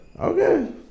Okay